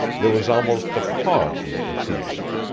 there was almost a pause in the proceedings.